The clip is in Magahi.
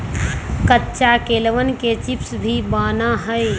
कच्चा केलवन के चिप्स भी बना हई